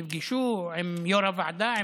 נפגשו עם יו"ר הוועדה,